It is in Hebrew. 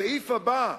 הסעיף הבא,